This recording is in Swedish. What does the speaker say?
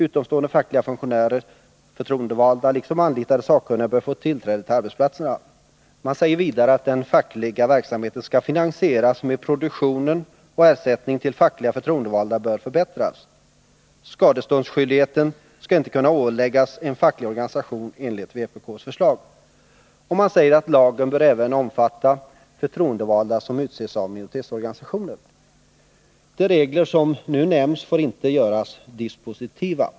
Utomstående fackliga funktionärer, förtroendevalda liksom anlitade sakkunniga bör få tillträde till arbetsplatserna. Man säger vidare att den fackliga verksamheten skall finansieras av produktionen, och ersättningen till fackliga förtroendevalda bör förbättras. Skadeståndsskyldigheten skall inte kunna åläggas en facklig organisation, enligt vpk:s förslag. Och man säger att lagen även bör omfatta förtroendevalda som utses av minoritetsorganisationer. De regler som nu nämns får inte göras dispositiva.